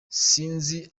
sinzi